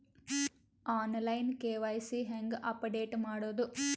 On line KYC ಹೇಂಗ update ಮಾಡೋದು?